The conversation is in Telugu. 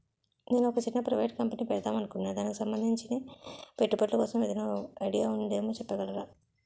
నేను ఒక చిన్న ప్రైవేట్ కంపెనీ పెడదాం అనుకుంటున్నా దానికి సంబందించిన పెట్టుబడులు కోసం ఏదైనా ఐడియా ఉందేమో చెప్పగలరా?